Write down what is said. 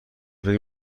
فکر